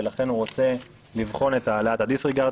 ולכן הוא רוצה לבחון את העלאת הדיסריגרד,